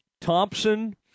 Thompson